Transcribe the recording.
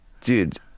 dude